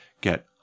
get